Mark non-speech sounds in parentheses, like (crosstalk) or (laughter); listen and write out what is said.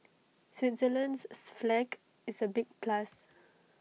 Switzerland's (noise) flag is A big plus